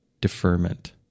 deferment